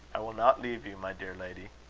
i will not leave you, my dear lady.